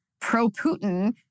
pro-Putin